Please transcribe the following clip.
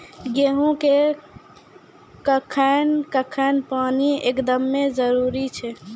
गेहूँ मे कखेन कखेन पानी एकदमें जरुरी छैय?